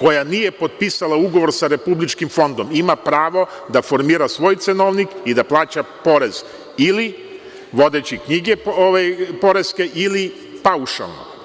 koja nije potpisala ugovor sa Republičkim fondom ima pravo da formira svoj cenovnik i da plaća porez ili vodeći knjige poreske ili paušalno.